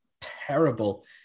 terrible